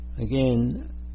again